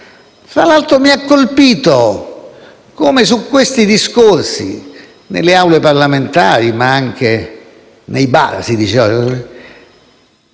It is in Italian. Fra l'altro, mi ha colpito come su questi discorsi nelle Aule parlamentari ma anche nei bar si sono